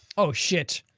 oh shit.